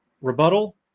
rebuttal